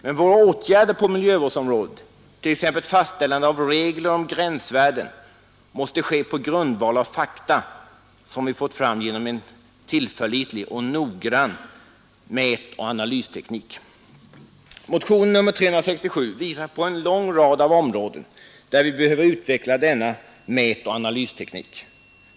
Men våra åtgärder på miljövårdsområdet, t.ex. fastställande av regler om gränsvärden, måste ske på grundval av fakta som vi fått fram genom en tillförlitlig och noggrann mätoch analysteknik. Motionen nr 367 visar på en lång rad av områden där vi behöver utveckla denna mätoch analysteknik.